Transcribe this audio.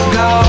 go